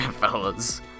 fellas